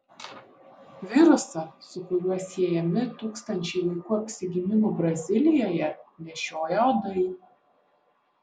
virusą su kuriuo siejami tūkstančiai vaikų apsigimimų brazilijoje nešioja uodai